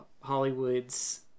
Hollywood's